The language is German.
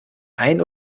eine